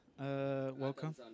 welcome